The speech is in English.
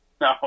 no